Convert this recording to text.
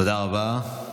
תודה רבה.